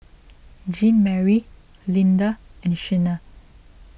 Jeanmarie Linda and Shenna